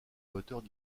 moteurs